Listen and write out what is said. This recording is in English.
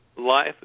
Life